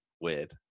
weird